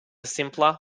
simpler